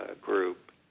group